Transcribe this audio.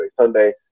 sunday